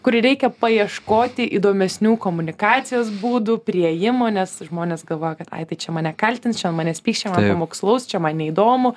kur reikia paieškoti įdomesnių komunikacijos būdų priėjimo nes žmonės galvoja kad ai tai čia mane kaltins čia ant manęs pyks čia mane pamokslaus čia man neįdomu